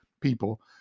people